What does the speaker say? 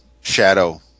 Shadow